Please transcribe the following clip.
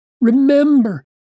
remember